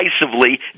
decisively